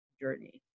journey